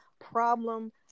problem